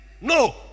No